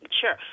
Sure